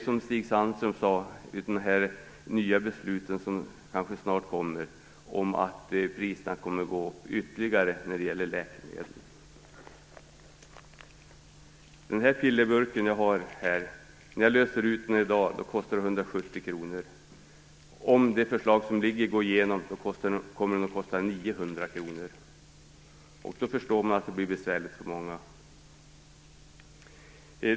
Som Stig Sandström sade, kommer priserna på läkemedel att gå upp ytterligare enligt de nya beslut som kanske fattas snart. I min hand har jag en pillerburk som i dag kostar 170 kr att lösa ut. Om det förslag som lagts fram går igenom, kommer den att kosta 900 kronor. Man förstår att det då blir besvärligt för många.